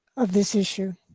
of this issue.